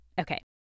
Okay